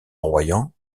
royans